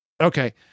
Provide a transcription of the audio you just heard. Okay